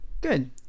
Good